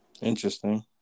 Interesting